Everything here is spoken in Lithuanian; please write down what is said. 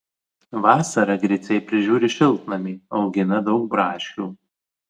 vasarą griciai prižiūri šiltnamį augina daug braškių